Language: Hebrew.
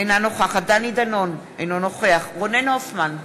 אינה נוכחת דני דנון, אינו נוכח רונן הופמן,